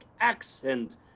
accent